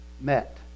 met